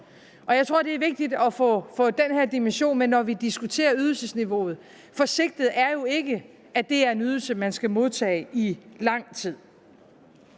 Jeg tror, det er vigtigt at få den her dimension med, når vi diskuterer ydelsesniveauet, for sigtet er jo ikke, at det er en ydelse, man skal modtage i lang tid.